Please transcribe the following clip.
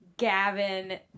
gavin